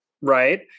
right